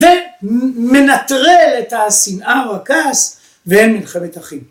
‫זה מנטרל את השנאה או הכעס, ‫ואין מלחמת אחים.